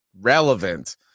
relevant